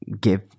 give